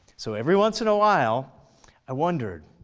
so every once in a while i wondered,